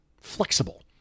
flexible